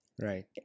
Right